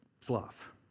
fluff